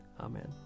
Amen